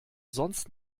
sonst